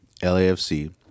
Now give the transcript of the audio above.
LAFC